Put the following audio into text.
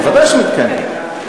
ודאי שמתקיים דיון,